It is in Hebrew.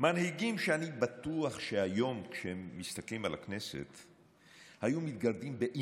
מנהיגים שאני בטוח שהיום אם הם היו מסתכלים על הכנסת,